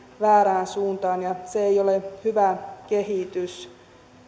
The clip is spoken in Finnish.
väärään suuntaan ja se ei ole hyvä kehitys